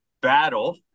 battle